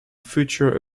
future